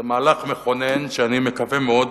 זה מהלך מכונן, ואני מקווה מאוד